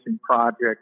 project